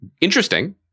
interesting